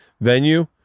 venue